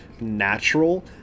natural